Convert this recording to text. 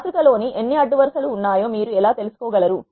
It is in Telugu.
మాతృక లో ఎన్ని అడ్డు వరు సలు ఉన్నాయో మీరు ఎలా తెలుసుకో గలరు